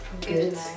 Good